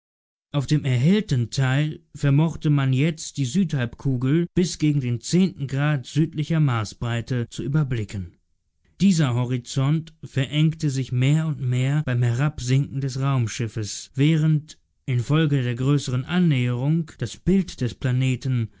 auf dem erhellten teil vermochte man jetzt die südhalbkugel bis gegen den zehnten grad südlicher marsbreite zu überblicken dieser horizont verengte sich mehr und mehr beim herabsinken des raumschiffes während infolge der größeren annäherung das bild des planeten